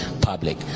public